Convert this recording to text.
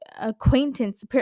acquaintance